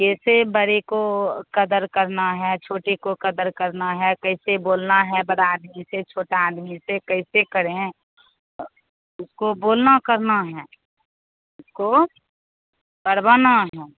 कैसे बड़े को क़दर करना है छोटे को क़दर करना है कैसे बोलना है बड़ा आदमी से छोटे आदमी से कैसे करें उसको बोलना करना है उसको करवाना है